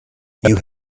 you